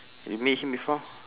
you meet him before